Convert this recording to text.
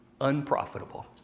unprofitable